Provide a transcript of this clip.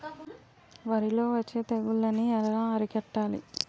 వరిలో వచ్చే తెగులని ఏలా అరికట్టాలి?